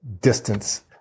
distance